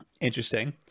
Interesting